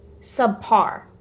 subpar